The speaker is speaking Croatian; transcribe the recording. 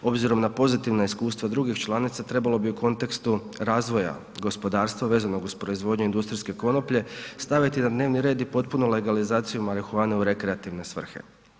Obzirom na pozitivna iskustva drugih članica trebalo bi u kontekstu razvoja gospodarstva vezanog uz proizvodnju industrijske konoplje staviti na dnevni red i potpunu legalizaciju marihuane u rekreativne svrhe.